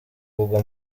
bagwa